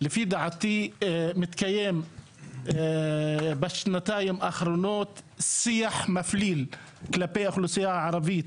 לפי דעתי מתקיים בשנתיים האחרונות שיח מפליל כלפי האוכלוסייה הערבית,